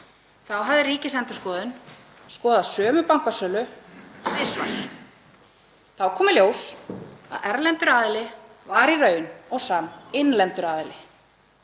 Þá hafði Ríkisendurskoðun skoðað sömu bankasölu tvisvar. Þá kom í ljós að erlendur aðili var í raun og sann innlendur aðili.